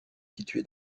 situé